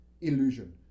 illusion